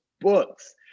books